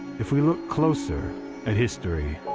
if we look closer at history.